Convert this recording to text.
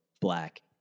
black